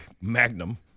Magnum